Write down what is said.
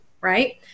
right